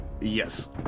Yes